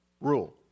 rule